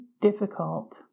difficult